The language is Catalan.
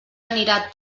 anirà